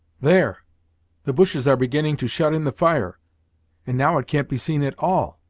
there the bushes are beginning to shut in the fire and now it can't be seen at all!